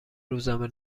روزنامه